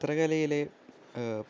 ചിത്രകലയിലെ